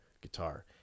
guitar